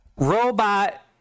Robot